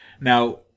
now